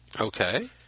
Okay